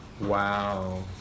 Wow